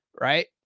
right